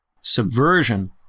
subversion